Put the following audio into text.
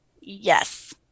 Yes